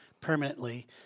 permanently